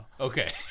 Okay